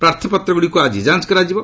ପ୍ରାର୍ଥୀପତ୍ରଗୁଡ଼ିକ ଆଜି ଯାଞ୍ଚ କରାଯିବ